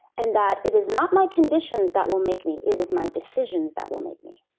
and that it is not my conditions that will make me. it is my decisions that will make me.